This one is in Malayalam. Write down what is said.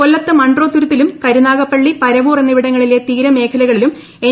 കൊല്ലത്ത് മൺട്രോത്തുരുത്തിലും കരുനാഗപ്പള്ളി പരവൂർ എന്നിവിടങ്ങളിലെ തീരമേഖലകളിലും എൻ